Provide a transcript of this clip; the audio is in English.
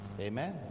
Amen